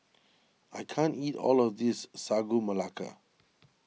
I can't eat all of this Sagu Melaka